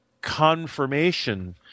confirmation